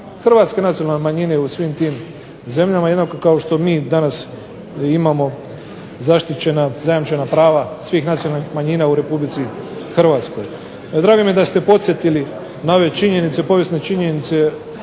hrvatske nacionalne manjine u svim tim zemljama jednako kao što mi danas imamo zaštićena, zajamčena prava svih nacionalnih manjina u Republici Hrvatskoj. Drago mi je da ste podsjetili na ove činjenice, povijesne činjenice